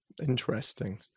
interesting